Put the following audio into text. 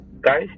guys